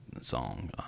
song